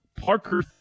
Parker